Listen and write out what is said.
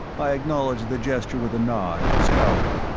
i acknowledged the gesture with a nod, scowling.